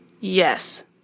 Yes